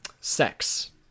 Sex